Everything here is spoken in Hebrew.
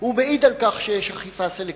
והוא מעיד על כך שיש אכיפה סלקטיבית.